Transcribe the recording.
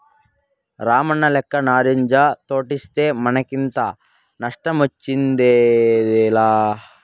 రామన్నలెక్క నారింజ తోటేస్తే మనకింత నష్టమొచ్చుండేదేలా